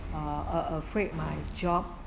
err a~ afraid my job